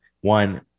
one